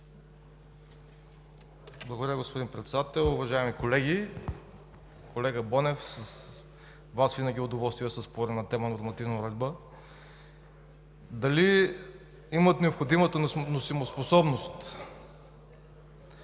Благодаря, господин Председател. Уважаеми колеги! Колега Бонев, с Вас винаги е удоволствие да се спори на тема нормативна уредба. Дали имат необходимата носимоспособност?